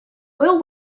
will